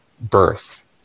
birth